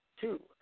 two